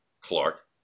clark